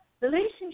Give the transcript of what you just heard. relationship